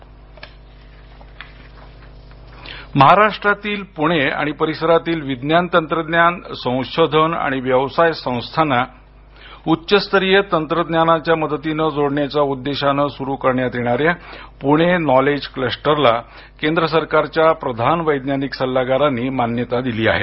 knowledge cluster महाराष्ट्रातील पुणे आणि परिसरांतील विज्ञान तंत्रज्ञान संशोधन आणि व्यवसाय संस्थांना उच्च स्तरीय तंत्रज्ञानाच्या मदतीनं जोडण्याच्या उद्देशानं सुरु करण्यात येणाऱ्या पुणे नॉलेज क्लस्टरला केंद्र सरकारच्या प्रधान वैज्ञानिक सल्लागारानी मान्यता दिली आहे